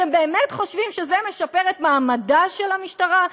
אתם באמת חושבים שזה משפר את מעמדה של המשטרה?